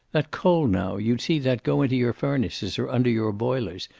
that coal now, you'd see that go into your furnaces, or under your boilers,